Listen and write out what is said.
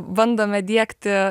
bandome diegti